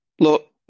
look